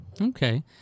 Okay